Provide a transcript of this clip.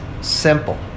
simple